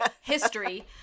history